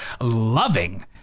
loving